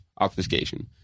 Obfuscation